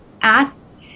asked